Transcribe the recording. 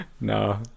No